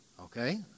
okay